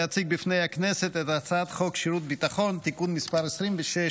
להציג בפני הכנסת את הצעת חוק שירות ביטחון (תיקון מס' 26,